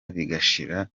bigashira